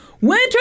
winter